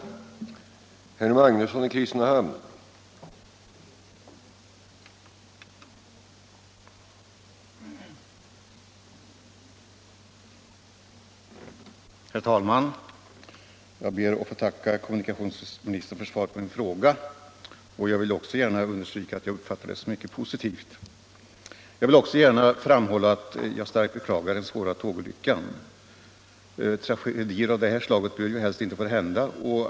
Om ökad säkerh Om ökad säkerhet